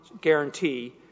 guarantee